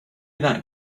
that